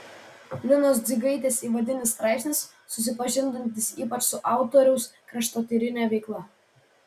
linos dzigaitės įvadinis straipsnis supažindinantis ypač su autoriaus kraštotyrine veikla